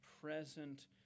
present